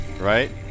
right